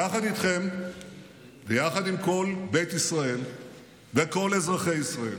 יחד איתכם ויחד עם כל בית ישראל וכל אזרחי ישראל